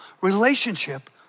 relationship